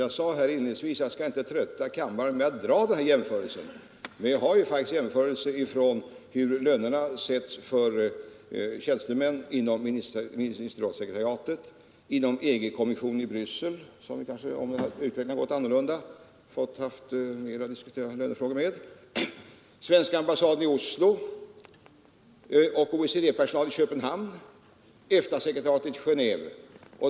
Jag sade här inledningsvis att jag inte skulle trötta kammaren med att dra den här jämförelsen, men jag har faktiskt material som visar hur lönerna sätts för tjänstemän inom ministerrådssekreteriatet, inom EG-kommissionen i Bryssel, där som vi vet utvecklingen har varit annorlunda — man har i större utsträckning än i andra organ fått diskutera lönefrågor där — vid svenska ambassaden i Oslo och vid OECD i Köpenhamn, EFTA-sekretariatet i Genéve.